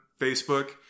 Facebook